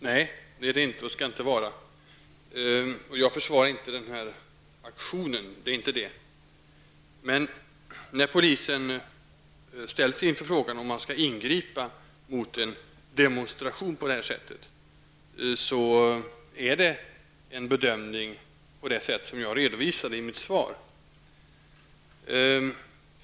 Herr talman! Nej, det skall det inte vara. Det försvarar inte aktionen, men när polisen ställs inför valet att ingripa mot en demonstration blir det fråga om en bedömning av det slag som jag redovisade i mitt svar.